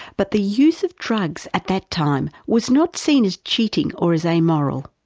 but the use of drugs at that time was not seen as cheating or as amoral.